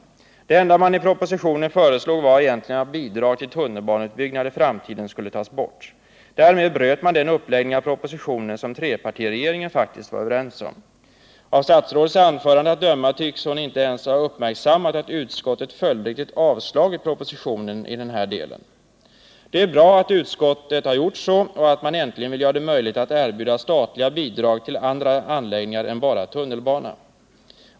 Det enda man föreslog var egentligen att bidrag till tunnelbaneutbyggnad i framtiden skulle tas bort. Därmed bröt man den uppläggning av propositionen som trepartiregeringen faktiskt var överens om. Av statsrådets anförande att döma tycks hon inte ens ha uppmärksammat att utskottet följdriktigt avstyrkt propositionen i denna del. Det är bra att utskottet har gjort detta och att man äntligen vill göra det möjligt att erbjuda statliga bidrag till andra anläggningar än bara tunnelbana.